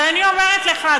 אבל אני אומרת לך,